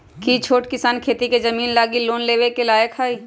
कि छोट किसान खेती के जमीन लागी लोन लेवे के लायक हई?